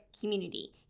community